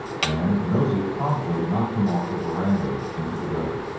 and nosey promptly knocked him off the verandah into the gutter.